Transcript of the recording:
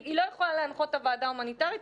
היא לא יכולה להנחות את הוועדה ההומניטרית,